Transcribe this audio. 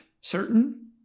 certain